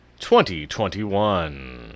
2021